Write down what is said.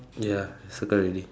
ya circle already